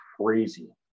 crazy